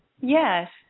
Yes